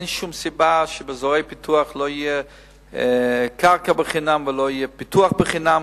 אין שום סיבה שבאזורי פיתוח לא תהיה קרקע בחינם ולא יהיה פיתוח בחינם.